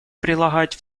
прилагать